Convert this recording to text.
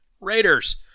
Raiders